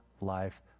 life